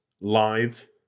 live